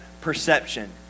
perception